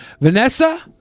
Vanessa